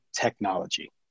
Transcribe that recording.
technology